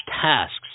tasks